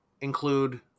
include